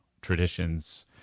traditions